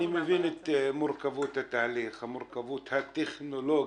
אני מבין את מורכבות התהליך, המורכבות הטכנולוגית,